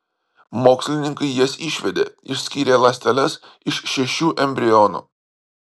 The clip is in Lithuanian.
mokslininkai jas išvedė išskyrę ląsteles iš šešių embrionų